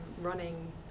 running